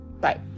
Bye